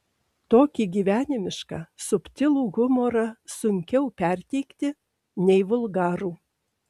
tokį gyvenimišką subtilų humorą sunkiau perteikti nei vulgarų